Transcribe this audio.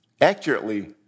Accurately